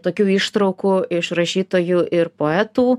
tokių ištraukų iš rašytojų ir poetų